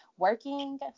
working